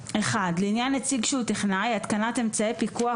לעניין נציג שהוא טכנאי התקנת אמצעי פיקוח,